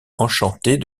enchantée